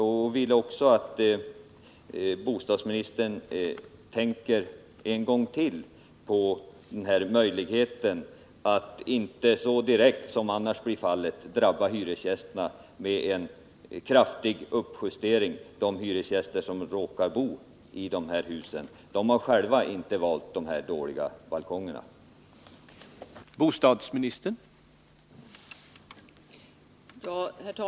Jag skulle vilja att bostadsministern ytterligare en gång övervägde den möjlighet att lösa detta som är föreslagen, så att man inte behöver betunga hyresgästerna med ännu en kraftig uppjustering av hyrorna. De hyresgäster det gäller har själva inte valt att bo i de här husen med dåliga balkonger.